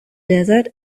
desert